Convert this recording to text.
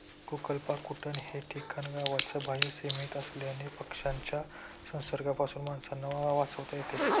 कुक्पाकुटलन हे ठिकाण गावाच्या बाह्य सीमेत असल्याने पक्ष्यांच्या संसर्गापासून माणसांना वाचवता येते